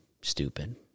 stupid